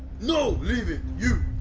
no, leave it! you,